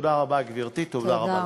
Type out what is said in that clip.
תודה רבה, גברתי, תודה רבה לכם.